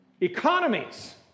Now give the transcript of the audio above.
economies